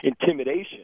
intimidation